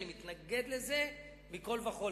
אני מתנגד לזה מכול וכול.